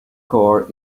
core